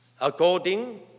According